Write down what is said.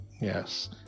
Yes